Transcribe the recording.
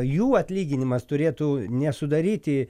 jų atlyginimas turėtų nesudaryti